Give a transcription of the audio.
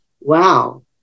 wow